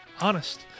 honest